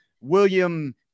William